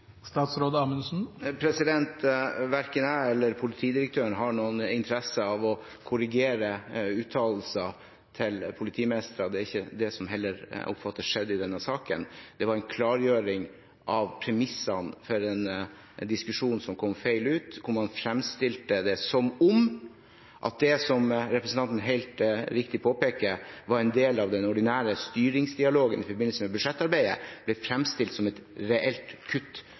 Verken jeg eller politidirektøren har noen interesse av å korrigere uttalelser til politimestere – det er ikke det jeg heller oppfatter at skjedde i denne saken. Det var en klargjøring av premissene for en diskusjon som kom feil ut, hvor man framstilte det som at det som representanten helt riktig påpeker, var en del av den ordinære styringsdialogen i forbindelse med budsjettarbeidet, var et reelt kutt